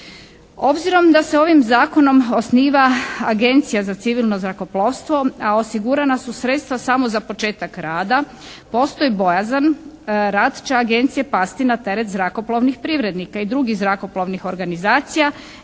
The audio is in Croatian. Obzirom da se ovim zakonom osniva agencija za civilno zrakoplovstvo a osigurana su sredstva samo za početak rada postoji bojazan rad će agencije pasti na teret zrakoplovnih privrednika i drugih zrakoplovnih organizacija